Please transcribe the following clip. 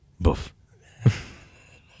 Boof